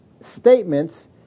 statements